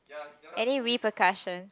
any repercussions